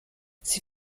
sie